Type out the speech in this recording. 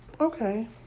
okay